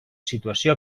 situació